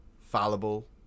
fallible